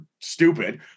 stupid